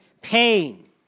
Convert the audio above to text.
pain